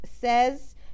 says